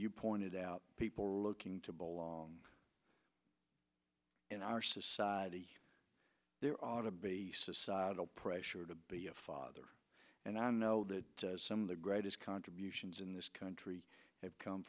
pointed out people are looking to belong in our society there are to be societal pressure to be a father and i know that some of the greatest contributions in this country have come